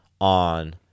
on